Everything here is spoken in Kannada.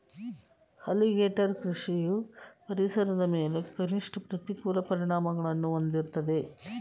ಅಲಿಗೇಟರ್ ಕೃಷಿಯು ಪರಿಸರದ ಮೇಲೆ ಕನಿಷ್ಠ ಪ್ರತಿಕೂಲ ಪರಿಣಾಮಗಳನ್ನು ಹೊಂದಿರ್ತದೆ